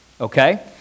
okay